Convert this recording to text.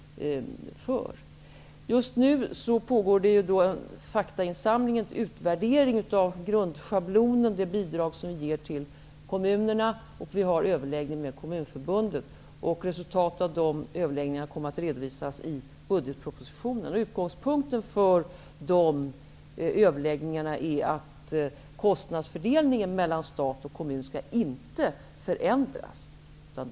Just nu pågår en faktainsamling, en utvärdering, beträffande grundschablonen -- det bidrag som kommunerna får. Dessutom har vi överläggningar med Kommunförbundet. Resultatet av de överläggningarna kommer att redovisas i budgetpropositionen. Utgångspunkten för de överläggningarna är att kostnadsfördelningen mellan stat och kommun inteskall förändras.